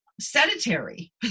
sedentary